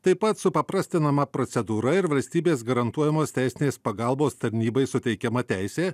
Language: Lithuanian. taip pat supaprastinama procedūra ir valstybės garantuojamos teisinės pagalbos tarnybai suteikiama teisė